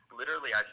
literally—I